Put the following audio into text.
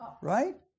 right